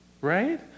right